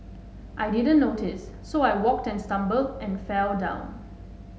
I didn't notice so I walked and stumbled and fell down